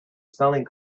spelling